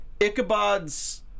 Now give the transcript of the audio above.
Ichabod's